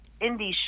indie